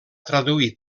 traduir